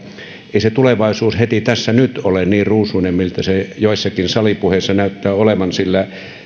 ei se tulevaisuus heti tässä nyt ole niin ruusuinen kuin mitä se joissakin salipuheissa näyttää olevan sillä